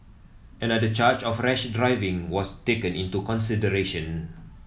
another charge of rash driving was taken into consideration